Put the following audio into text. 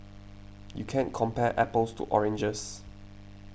you can't compare apples to oranges